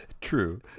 True